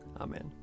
Amen